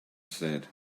said